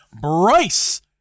Bryce